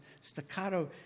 staccato